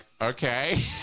okay